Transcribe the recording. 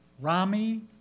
Rami